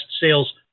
sales